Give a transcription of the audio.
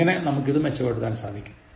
എങ്ങനെ നമുക്കിത് മെച്ചപ്പെടുത്താൻ സാധിക്കും